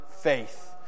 faith